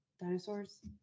Dinosaurs